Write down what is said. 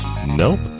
Nope